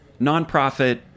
nonprofit